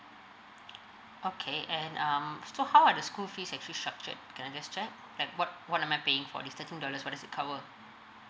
okay and um so how are the school fees actually structured can I just check like what what am I paying for this thirteen dollars what is it cover